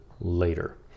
later